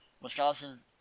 Wisconsin